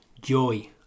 joy